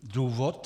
Důvod?